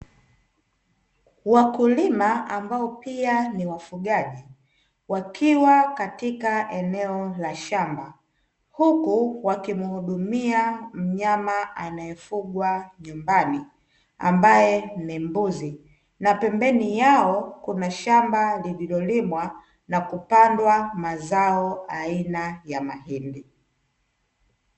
Wakulima ambao pia ni wafugaji wakiwa katika eneo la shamba huku wakimhudumia mnyama anayefungwa nyumbani, ambaye ni mbuzi na pembeni yao kuna shamba lililolimwa na kupandwa mazao aina ya mahindi.